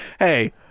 Hey